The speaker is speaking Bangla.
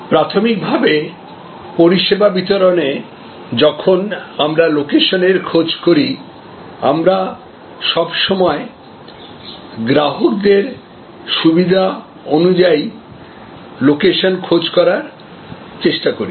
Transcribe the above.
প্রাথমিক ভাবে পরিষেবা বিতরণে যখন আমরা লোকেশন এর খোঁজ করি আমরা সব সময় গ্রাহকদের সুবিধা অনুযায়ী লোকেশন খোঁজ করার চেষ্টা করি